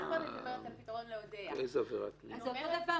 פתרון לאודיה --- זה אותו דבר.